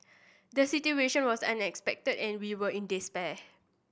the situation was unexpected and we were in despair